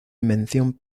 invención